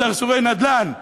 סרסורי נדל"ן,